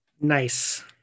Nice